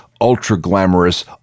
ultra-glamorous